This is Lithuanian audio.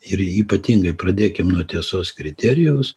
ir ypatingai pradėkim nuo tiesos kriterijaus